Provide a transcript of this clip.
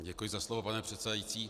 Děkuji za slovo, pane předsedající.